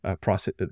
process